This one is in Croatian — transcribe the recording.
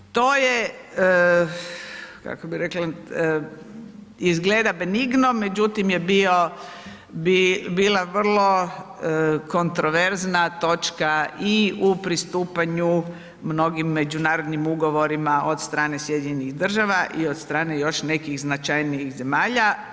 To je kako bi rekla, izgleda benigno, međutim je bila vrlo kontroverzna točka i u pristupanju mnogim međunarodnim ugovorima od strane Sjedinjenih država i od strane još nekih značajnijih zemalja.